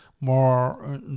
more